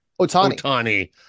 Otani